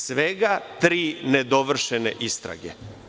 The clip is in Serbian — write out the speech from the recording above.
Svega tri nedovršene istrage.